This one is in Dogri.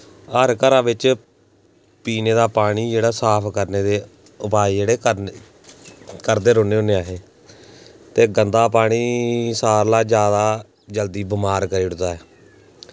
पर घरा बिच्च पीने दा पानी जेह्ड़ा साफ करने दे उपाऽ जेह्ड़े करदे रौह्ने होन्ने आं अस ते गंदा पानी सारें कोला जल्दी बमार करी उड़दा ऐ